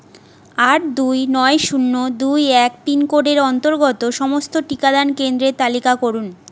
আট দুই নয় শূন্য দুই এক পিনকোডের অন্তর্গত সমস্ত টিকাদান কেন্দ্রের তালিকা করুন